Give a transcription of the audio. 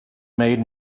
made